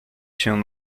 się